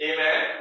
Amen